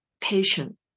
patient